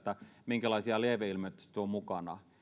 minkälaisia lieveilmiöitä se tuo mukanaan